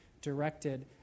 directed